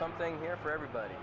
something here for everybody